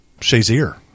Shazier